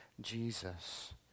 Jesus